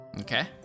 Okay